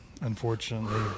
unfortunately